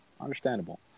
Understandable